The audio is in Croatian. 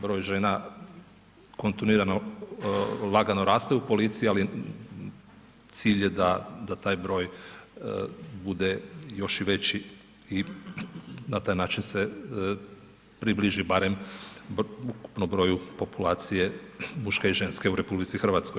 Broj žena kontinuirano lagano raste u policiji ali cilj je da taj broj bude još i veći i na taj način se približi barem ukupno broju populacije muške i ženske u RH.